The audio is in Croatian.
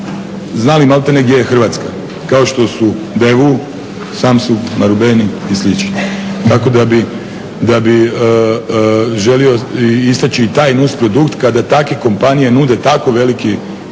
znali maltene gdje je Hrvatska, kao što su … i slično, tako da bih želio istaći taj nusprodukt kada takve kompanije nude tako veliki